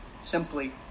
simply